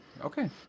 Okay